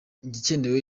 igikenewe